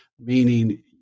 Meaning